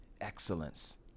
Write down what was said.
excellence